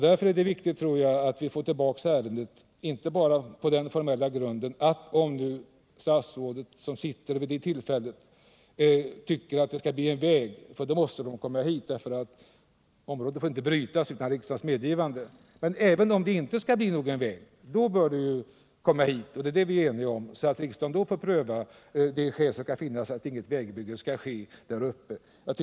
Därför är det viktigt att vi får tillbaka ärendet, inte bara om föredragande statsrådet tycker att det skall byggas en väg — då måste statsrådet återkomma till riksdagen, för området får inte brytas utan riksdagens medgivande — utan även om vederbörande anser att det inte skall byggas någon väg. Därmed får riksdagen också pröva skälen för att inget vägbygge skall startas där uppe. Om detta är vi ense.